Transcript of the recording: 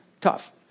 Tough